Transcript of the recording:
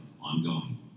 ongoing